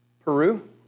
Peru